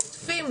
קוטפים,